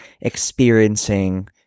experiencing